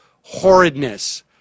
horridness